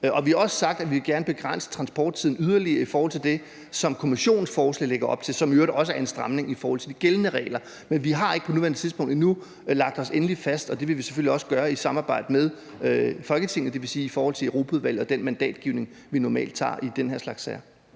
Vi har også sagt, at vi gerne vil begrænse transporttiden yderligere i forhold til det, som Kommissionens forslag lægger op til, hvilket i øvrigt også er en stramning i forhold til de gældende regler. Men vi har ikke på nuværende tidspunkt lagt os endeligt fast, og det vil vi selvfølgelig også gøre i samarbejde med Folketinget, dvs. i forhold til Europaudvalget og den mandatafgivning, vi normalt har i den her slags sager.